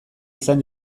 izan